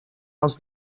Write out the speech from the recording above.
els